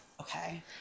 Okay